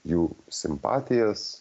jų simpatijas